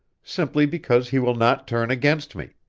simply because he will not turn against me.